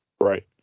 Right